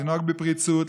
לנהוג בפריצות,